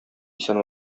исән